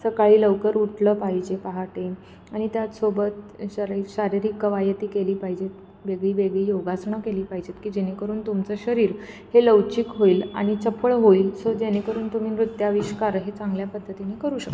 सकाळी लवकर उठलं पाहिजे पहाटे आणि त्यातसोबत श शारीरिक कवायती केली पाहिजेत वेगळीवेगळी योगासनं केली पाहिजेत की जेणेकरून तुमचं शरीर हे लवचिक होईल आणि चपळ होईल सो जेणेकरून तुम्ही नृत्याविष्कार हे चांगल्या पद्धतीने करू शकता